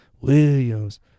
Williams